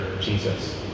Jesus